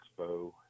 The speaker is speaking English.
Expo